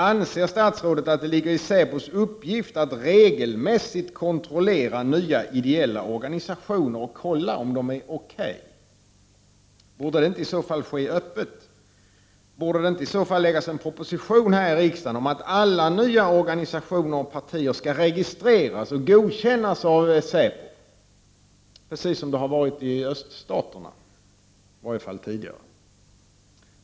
Anser statsrådet att det är säpos uppgift att regelmässigt kontrollera nya ideella organisationer och kolla om de är O.K.? Borde det inte i så fall ske öppet? Borde det inte i så fall läggas fram en proposition i riksdagen om att alla nya organisationer och partier skall registreras och godkännas av säpo, precis som det har varit i öststaterna, i varje fall tidigare?